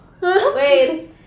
Wait